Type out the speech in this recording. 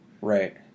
Right